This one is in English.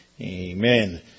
Amen